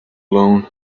alone